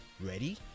Ready